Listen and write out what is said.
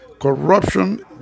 corruption